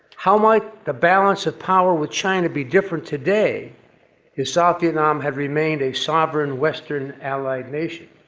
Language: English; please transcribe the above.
how might the balance of power with china be different today if south vietnam had remained a sovereign western allied nation,